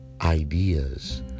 ideas